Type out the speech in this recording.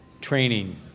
training